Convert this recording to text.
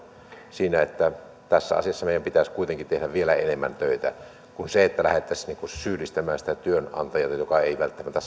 siinä että tässä asiassa meidän pitäisi kuitenkin tehdä vielä enemmän töitä eikä lähteä yhdessä syyllistämään sitä työnantajaa joka ei välttämättä